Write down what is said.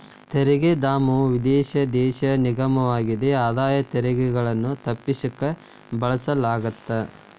ತೆರಿಗೆ ಧಾಮವು ವಿದೇಶಿ ದೇಶ ನಿಗಮವಾಗಿದ್ದು ಆದಾಯ ತೆರಿಗೆಗಳನ್ನ ತಪ್ಪಿಸಕ ಬಳಸಲಾಗತ್ತ